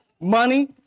money